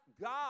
God